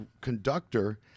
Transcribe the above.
conductor